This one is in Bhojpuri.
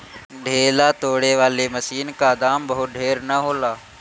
ढेला तोड़े वाली मशीन क दाम बहुत ढेर ना होला